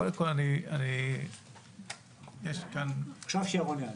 קודם כול, יש כאן --- אפשר שירון יענה.